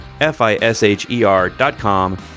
F-I-S-H-E-R.com